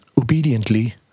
Obediently